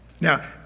Now